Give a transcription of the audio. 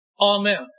Amen